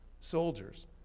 soldiers